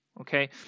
okay